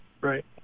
Right